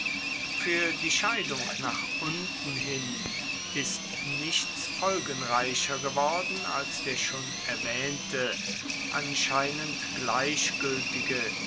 fuer die scheidung nach unten hin ist nichts folgenreicher geworden als der schon erwaehnte anscheinend gleichgueltige